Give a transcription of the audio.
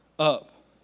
up